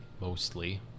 Mostly